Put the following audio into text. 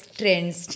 trends